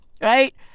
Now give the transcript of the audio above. right